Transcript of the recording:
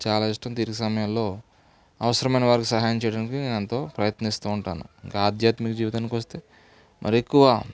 చాలా ఇష్టం తీరిక సమయాల్లో అవసరమైన వారికి సహాయం చేయడానికి నేనెంతో ప్రయత్నిస్తూ ఉంటాను ఇంక ఆధ్యాత్మిక జీవితానికి వస్తే మరి ఎక్కువ